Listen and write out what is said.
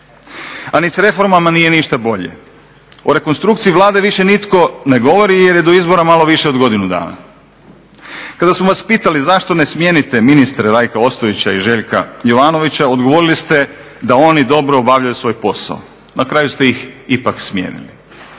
A ni s reformama nije ništa bolje. O rekonstrukciji Vlade više nitko ne govori jer je do izbora malo više od godinu dana. Kada smo vas pitali zašto ne smijenite ministre Rajka Ostojića i Željka Jovanovića odgovorili ste da oni dobro obavljaju svoj posao. Na kraju ste ih ipak smijenili.